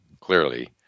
clearly